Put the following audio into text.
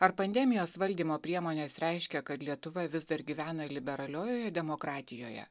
ar pandemijos valdymo priemonės reiškia kad lietuva vis dar gyvena liberaliojoje demokratijoje